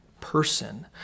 person